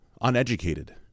uneducated